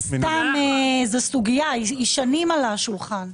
לא סתם זאת סוגיה, והיא שנים על השולחן.